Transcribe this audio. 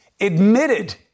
admitted